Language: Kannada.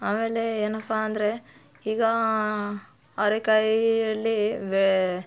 ಆಮೇಲೆ ಏನಪ್ಪ ಅಂದರೆ ಈಗ ಅವ್ರೆಕಾಯಿಯಲ್ಲಿ ಬೆ